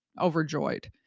overjoyed